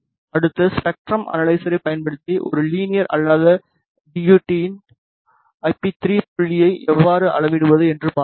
அடுத்து ஸ்பெக்ட்ரம் அனலைசரை பயன்படுத்தி ஒரு லீனியர் அல்லாத டி யு டி இன் ஐபி 3 புள்ளியை எவ்வாறு அளவிடுவது என்று பார்ப்போம்